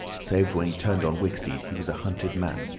save when he turned on wicksteed, he was a hunted man.